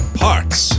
parts